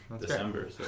December